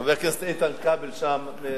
חבר הכנסת איתן נמצא שם.